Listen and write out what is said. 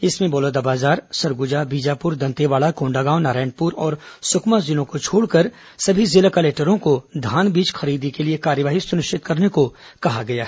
इसमें बलौदाबाजार सरगुजा बीजापुर दंतेवाड़ा कोण्डागांव नारायणपुर और सुकमा जिलों को छोड़कर सभी जिला कलेक्टरों को धान बीज खरीदी के लिए कार्यवाही सुनिश्चित करने को कहा गया है